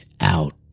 Out